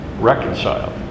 reconciled